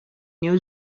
new